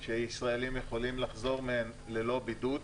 שהישראלים יכולים לחזור מהן ללא בידוד.